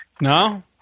No